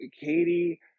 Katie